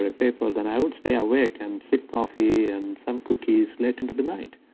or a paper, then i would stay awake, and sip coffee and some cookies late into the night.